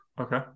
Okay